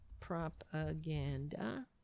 propaganda